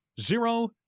zero